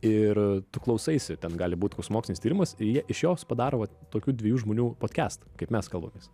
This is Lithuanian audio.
ir tu klausaisi ten gali būt koks mokslinis tyrimas ir jie iš jos padaro vat tokių dviejų žmonių podkestą kaip mes kalbamės